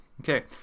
Okay